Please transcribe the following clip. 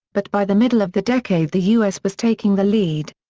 but by the middle of the decade the u s. was taking the lead.